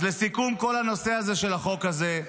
אז לסיכום כל הנושא הזה של החוק הזה,